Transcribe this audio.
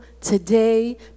today